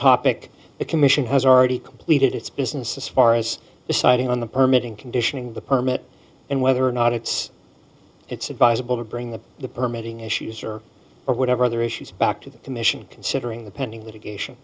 topic the commission has already completed its business as far as deciding on the permitting condition and the permit and whether or not it's it's advisable to bring the the permitting issues or whatever other issues back to the commission considering the pending litigation